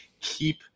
keep